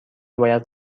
باید